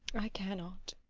i cannot.